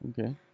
Okay